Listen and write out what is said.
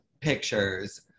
pictures